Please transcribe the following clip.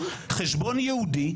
חשבון ייעודי,